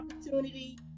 opportunity